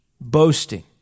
boasting